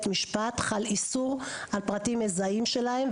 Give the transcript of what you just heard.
משפט - חל איסור על פרטים מזהים שלהם,